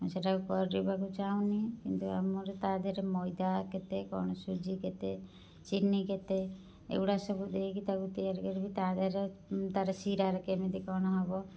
ସେଇଟାକୁ କରିବାକୁ ଚାହୁଁନି କିନ୍ତୁ ଆମର ତା ଦେହରେ ମଇଦା କେତେ କ'ଣ ସୁଜି କେତେ ଚିନି କେତେ ଏଗୁଡ଼ା ସବୁ ଦେଇକି ତାକୁ ତିଆରି କରିବି ତା ଦେହରେ ତାର ଶିରାରେ କେମିତି କ'ଣ ହେବ